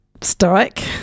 stoic